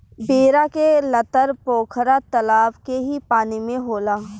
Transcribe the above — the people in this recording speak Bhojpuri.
बेरा के लतर पोखरा तलाब के ही पानी में होला